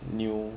new